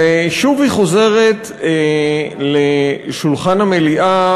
ושוב היא חוזרת לשולחן המליאה.